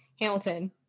Hamilton